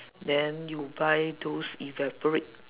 then you buy those evaporate